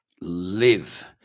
live